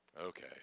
okay